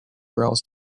growls